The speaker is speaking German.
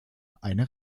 eine